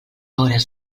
hores